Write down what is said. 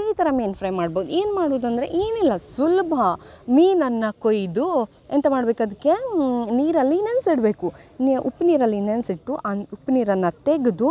ಈ ಥರ ಮೀನು ಫ್ರೈ ಮಾಡ್ಬೋದು ಏನು ಮಾಡುದು ಅಂದರೆ ಏನಿಲ್ಲ ಸುಲ್ಭ ಮೀನನ್ನು ಕೊಯ್ದು ಎಂತ ಮಾಡ್ಬೇಕು ಅದಕ್ಕೆ ನೀರಲ್ಲಿ ನೆನ್ಸಿ ಇಡಬೇಕು ನ್ ಉಪ್ಪು ನೀರಲ್ಲಿ ನೆನೆಸಿಟ್ಟು ಆ ಉಪ್ಪು ನೀರನ್ನು ತೆಗೆದು